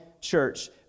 church